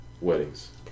weddings